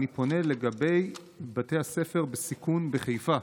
אני פונה לגבי בתי הספר בסיכון בחיפה.